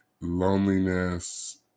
loneliness